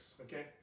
Okay